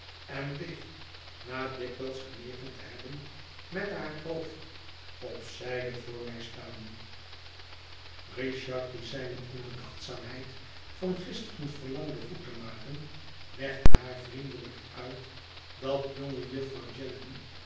en bleef na dikwijls genegen te hébben met haar hoofd op zijde voor mij staan richard die zijne onbedachtzaamheid van gisteren verlangde goed te maken legde haar vriendelijk uit dat jonge jufvrouw